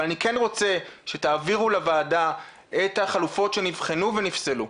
אבל אני כן רוצה שתעבירו לוועדה את החלופות שנבחנו ונפסלו.